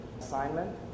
assignment